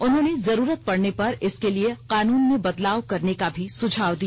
उन्होंने जरूरत पडने पर इसके लिए कानून में बदलाव करने का भी सुझाव दिया